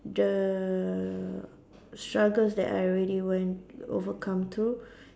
the struggles that I already went overcome through